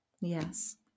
Yes